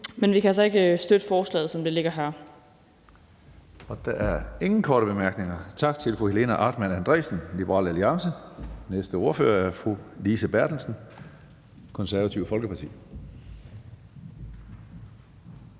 men vi kan altså ikke støtte forslaget, som det ligger her. Kl. 14:55 Tredje næstformand (Karsten Hønge): Der er ingen korte bemærkninger. Tak til fru Helena Artmann Andresen, Liberal Alliance. Næste ordfører er fru Lise Bertelsen, Det Konservative Folkeparti.